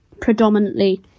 predominantly